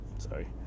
Sorry